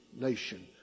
nation